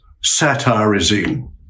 satirizing